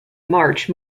march